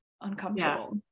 Uncomfortable